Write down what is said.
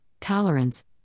tolerance